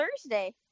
thursday